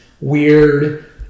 weird